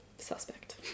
suspect